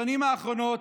בשנים האחרונות,